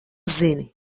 zini